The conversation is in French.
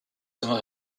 sommes